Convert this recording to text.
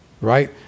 right